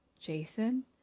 Jason